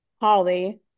Holly